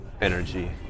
energy